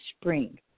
spring